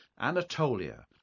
Anatolia